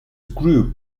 group